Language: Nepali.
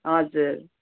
हजुर